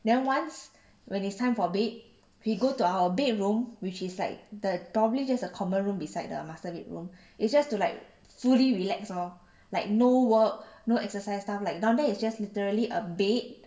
then once when it's time for bed we go to our bedroom which is like the probably just a common room beside the master bedroom it's just to like fully relax lor like no work no exercise stuff like down there it's just literally a bed